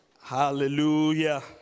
Hallelujah